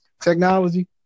technology